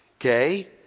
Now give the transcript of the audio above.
okay